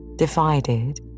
Divided